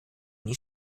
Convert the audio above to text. nie